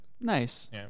Nice